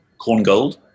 corngold